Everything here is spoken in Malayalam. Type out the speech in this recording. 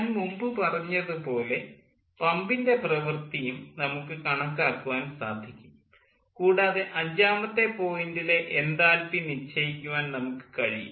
ഞാൻ മുമ്പ് പറഞ്ഞതു പോലെ പമ്പിൻ്റെ പ്രവൃത്തിയും നമുക്ക് കണക്കാക്കുവാൻ സാധിക്കും കൂടാതെ അഞ്ചാമത്തെ പോയിൻ്റിലെ എൻതാൽപ്പി നിശ്ചയിക്കുവാൻ നമുക്ക് കഴിയും